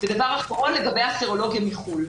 דבר אחרון, לגבי הסרולוגיה מחוץ לארץ.